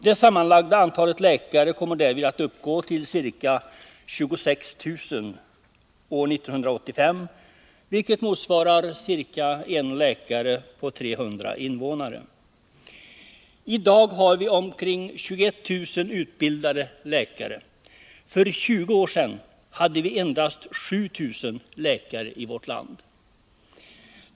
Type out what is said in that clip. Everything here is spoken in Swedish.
Det sammanlagda antalet läkare kommer därmed att uppgå till ca 26 000 år 1985, vilket motsvarar ungefär 1 läkare på 300 invånare. I dag har vi omkring 21 000 utbildade läkare. För 20 år sedan hade vi endast 7 000 läkare i vårt land.